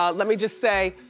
um let me just say,